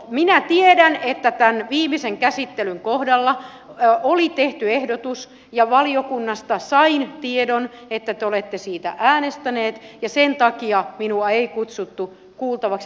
minä tiedän että tämän viimeisen käsittelyn kohdalla oli tehty ehdotus ja valiokunnasta sain tiedon että te olette siitä äänestäneet ja sen takia minua ei kutsuttu kuultavaksi